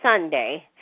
Sunday